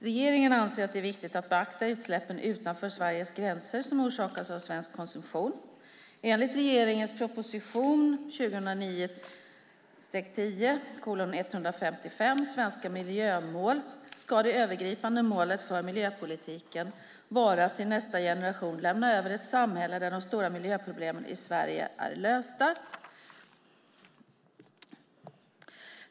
Regeringen anser att det är viktigt att beakta utsläppen utanför Sveriges gränser som orsakas av svensk konsumtion. Enligt regeringens proposition 2009/10:155 Svenska miljömål - för ett effektivare miljöarbete ska det övergripande målet för miljöpolitiken vara att till nästa generation lämna över ett samhälle där de stora miljöproblemen i Sverige är lösta.